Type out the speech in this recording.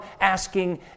asking